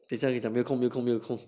等一下讲没有空没有空没有空